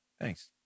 Thanks